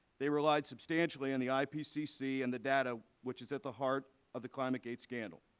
they relied substantially on the ipcc and the data which is at the heart of the climategate scandal.